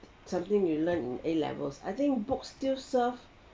something you learn in a levels I think books still serve